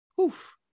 Oof